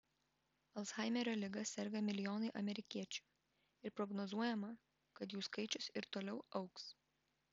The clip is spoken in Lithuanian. alzhaimerio liga serga milijonai amerikiečių ir prognozuojama kad jų skaičius ir toliau augs